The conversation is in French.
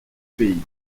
pays